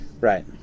Right